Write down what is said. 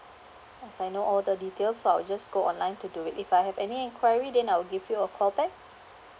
as I know all the details so I'll just go online to do it if I have any enquiry then I will give you a call back